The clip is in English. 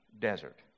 desert